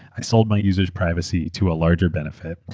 i sold my usersaeur privacy to a larger benefit.